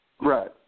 Right